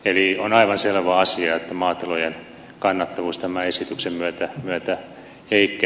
eli on aivan selvä asia että maatilojen kannattavuus tämän esityksen myötä heikkenee